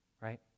right